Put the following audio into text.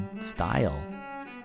style